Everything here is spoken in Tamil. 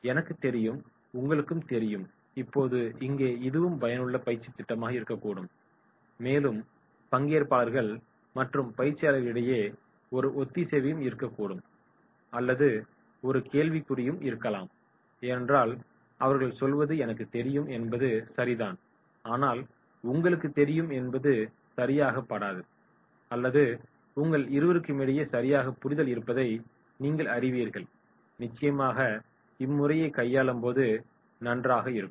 எனக்குத் தெரியும் உங்களுக்குத் தெரியும் இப்போது இங்கே இதுவும் பயனுள்ள பயிற்சித் திட்டமாக இருக்கக்கூடும் மேலும் பங்கேற்பாளர்கள் மற்றும் பயிற்சியாளர்களிடைய ஒரு ஒத்திசைவும் இருக்கக்கூடும் அல்லது ஒரு கேள்விக்குறியாகவும் இருக்கலாம் ஏனென்றால் அவர் சொல்வது எனக்குத் தெரியும் என்பது சரிதான் ஆனால் உங்களுக்கு தெரியும் என்பது சரியாகப்படாது அல்லது உங்கள் இருவருக்குமிடையே சரியான புரிதல் இருப்பதை நீங்கள் அறிவீர்கள் நிச்சயமாக இம்முறையை கையாளும்போது நன்றாக இருக்கும்